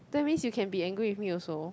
that means you can be angry with me also